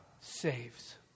saves